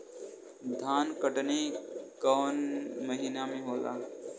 धान के कटनी कौन महीना में होला?